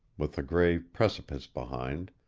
with a gray precipice behind,